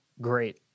Great